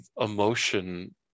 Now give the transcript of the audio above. emotion